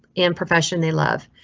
an profession they love.